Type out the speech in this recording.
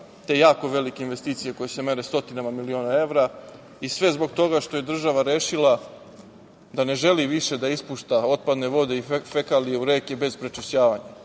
te jako velike investicije koje se mere stotinama miliona evra i sve zbog toga što je država rešila da ne želi više da ispušta otpadne vode i fekalije u reke bez prečišćavanja. Mislim